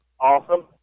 Awesome